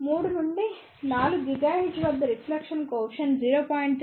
3 నుండి 4 GHz వద్ద reflection coefficient 0